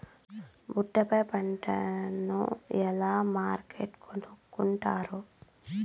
ఒట్టు పై పంటను ఎలా మార్కెట్ కొనుక్కొంటారు?